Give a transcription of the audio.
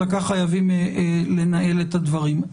אלא כך חייבים לנהל את הדברים.